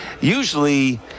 usually